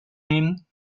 nehmen